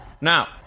Now